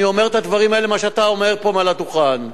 אני אומר את הדברים האלה שאתה אומר פה מעל הדוכן.